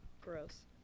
Gross